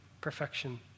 perfection